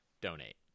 donate